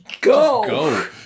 go